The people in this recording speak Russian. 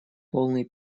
полный